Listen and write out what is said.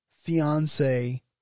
fiance